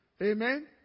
Amen